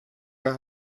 del